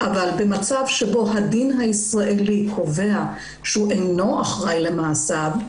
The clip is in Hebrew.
אבל במצב שבו הדין הישראלי קובע שהוא אינו אחראי למעשיו,